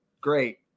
great